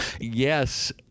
Yes